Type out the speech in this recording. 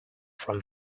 from